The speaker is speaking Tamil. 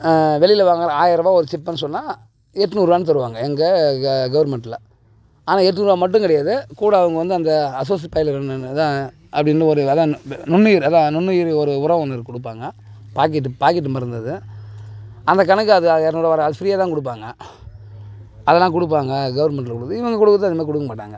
வெளியில வாங்குகிற ஆயரூபாய் ஒரு ஜிப்பன்னு சொன்னால் எட்நூறுவான்னு தருவாங்க எங்கள் கவுர்மெண்ட்ல ஆனால் எட்நூறுபா மட்டும் கிடையாது கூட அவங்க வந்து அந்த அசோஸியேட் பயலுங்க தான் அப்படினு ஒரு அதுதான் நுண்ணுயிர் அதுதான் நுண்ணுயிர் ஒரு உரம் ஒன்று கொடுப்பாங்க பாக்கெட்டு பாக்கெட்டு மருந்து அது அந்த கணக்கு அது இரநூறு வராது அது ஃப்ரீயாக தான் கொடுப்பாங்க அதெலாம் கொடுப்பாங்க கவர்மெண்ட்ல கொடுக்குறது இவங்க கொடுக்குறது அதேமாதிரி கொடுக்க மாட்டாங்க